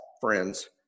friends